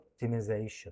optimization